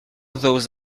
those